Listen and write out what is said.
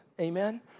Amen